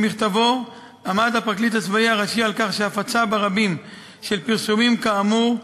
במכתבו עמד הפרקליט הצבאי הראשי על כך שהפצה ברבים של פרסומים כאמור,